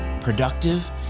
productive